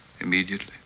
immediately